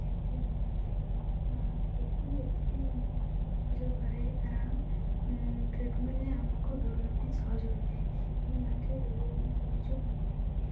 କ୍ଷତି ହୋଇନଥାଏ ଟ୍ରେଡ଼ମିଲ୍ ଏଥିପାଇଁ ଉପଯୋଗ କରାଯାଏ କାରଣ ଟ୍ରେଡ଼ମିଲରେ ଆମକୁ ଦୌଡ଼ିବା ପାଇଁ ସହଜ ହୋଇଥାଏ କିନ୍ତୁ ମାଟିରେ ଦୌଡ଼ିବା ପାଇଁ ସହଜ ହୁଏନାହିଁ